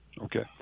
Okay